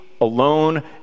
alone